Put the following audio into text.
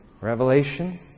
Revelation